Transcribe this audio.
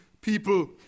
people